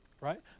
right